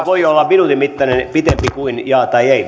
voi olla minuutin mittainen pitempi kuin jaa tai ei